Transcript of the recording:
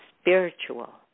spiritual